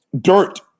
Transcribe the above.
Dirt